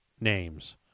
names